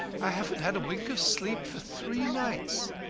haven't had a wink of sleep for three nights.